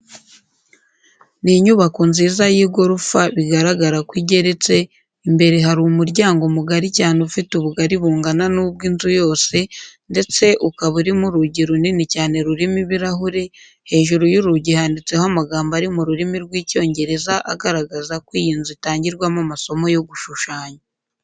Ni inyubako nziza y'igorofa bigaragara ko igeretse, imbere hari umuryango mugari cyane ufite ubugari bungana n'ubw'inzu yose ndetse ukaba urimo urugi runini cyane rurimo ibirahure, hejuru y'urugi handitseho amagambo ari mu rurimi rw'Icyongereza agaragaza ko iyi nzu itangirwamo amasomo yo gushushanya.